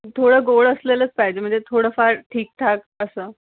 थोडं गोड असलेलंच पाहिजे म्हणजे थोडंफार ठीक ठाक असं